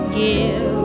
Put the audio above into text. give